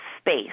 space